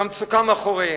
שהמצוקה מאחוריהם.